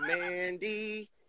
Mandy